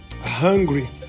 hungry